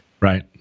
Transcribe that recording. Right